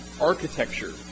architecture